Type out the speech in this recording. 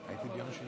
אדוני היושב-ראש,